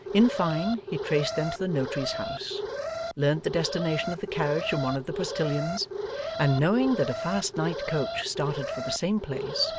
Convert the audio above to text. in fine, he traced them to the notary's house learnt the destination of the carriage from one of the postilions and knowing that a fast night-coach started for the same place,